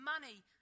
money